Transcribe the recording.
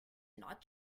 not